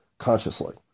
Consciously